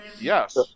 yes